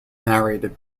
narrated